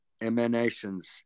emanations